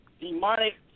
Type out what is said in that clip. demonic